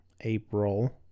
April